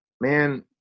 man